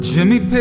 Jimmy